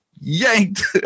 yanked